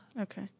okay